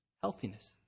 healthiness